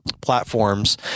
platforms